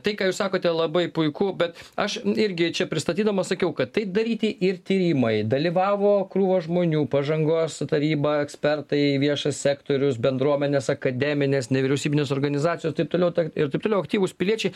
tai ką jūs sakote labai puiku bet aš irgi čia pristatydamas sakiau kad tai daryti ir tyrimai dalyvavo krūvos žmonių pažangos su taryba ekspertai viešas sektorius bendruomenės akademinės nevyriausybinės organizacijos taip toliau ir taip toliau aktyvūs piliečiai